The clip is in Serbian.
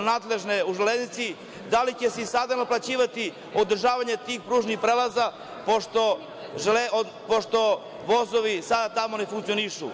nadležne u „Železnici“, da li će se i sada naplaćivati održavanje tih pružnih prelaza, pošto vozovi sada tamo ne funkcionišu?